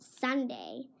Sunday